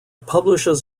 publishes